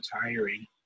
tiring